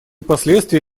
последствия